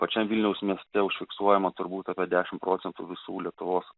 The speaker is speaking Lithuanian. pačiam vilniaus mieste užfiksuojama turbūt apie dešim procentų visų lietuvos